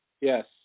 Yes